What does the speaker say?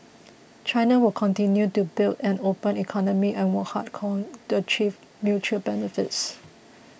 China will continue to build an open economy and work hard coin to achieve mutual benefits